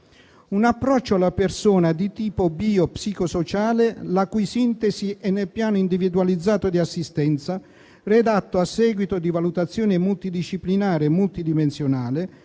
Un approccio alla persona di tipo bio-psico-sociale, la cui sintesi è nel piano individualizzato di assistenza redatto a seguito di valutazione multidisciplinare e multidimensionale,